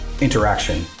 interaction